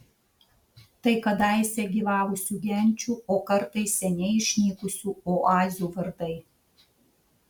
tai kadaise gyvavusių genčių o kartais seniai išnykusių oazių vardai